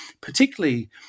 particularly